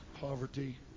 poverty